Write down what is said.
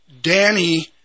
Danny